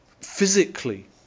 physically